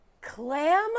clam